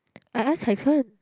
I ask Cai Fen